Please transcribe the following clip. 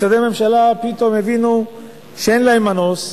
משרדי הממשלה פתאום הבינו שאין להם מנוס,